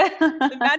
imagine